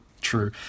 True